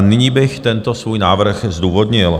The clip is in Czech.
Nyní bych tento svůj návrh zdůvodnil.